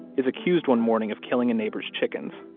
is accused one morning of killing a neighbor's chickens.